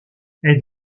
êtes